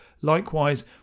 Likewise